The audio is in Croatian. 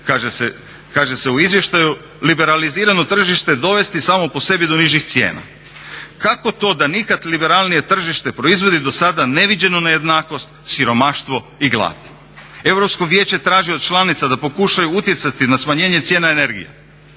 kaže se u izvještaju, liberalizirano tržište dovesti samo po sebi do nižih cijena. Kako to da nikad liberalnije tržište proizvodi dosada neviđenu nejednakost, siromaštvo i glad? Europsko vijeće traži od članica da pokušaju utjecati na smanjenje cijena energije.